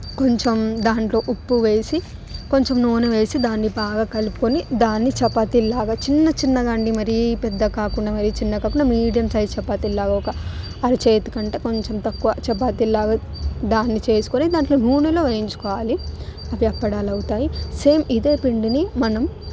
కొంచెం దాంట్లో ఉప్పు వేసి కొంచెం నూనె వేసి దాన్ని బాగా కలుపుకొని దాన్ని చపాతీలాగా చిన్నచిన్నగా అండి మరి పెద్దగా కాకుండా మరీ చిన్నగా కాకుండా మీడియం సైజ్ చపాతీలాగా ఒక అర చేతి కంటే కొంచెం తక్కువ చపాతీలాగా దాన్ని చేసుకుని దాంట్లో నూనెలో వేయించుకోవాలి అవి అప్పడాలు అవుతాయి సేమ్ ఇదే పిండిని మనం